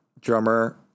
drummer